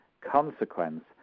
consequence